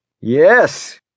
Yes